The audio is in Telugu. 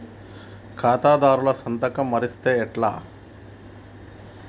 ఖాతాదారుల సంతకం మరిస్తే ఎట్లా?